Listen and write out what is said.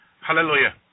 Hallelujah